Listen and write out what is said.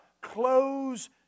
close